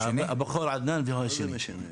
הבכור עדנאן והוא השני.